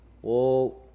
Whoa